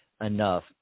enough